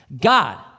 God